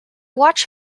watch